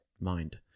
mind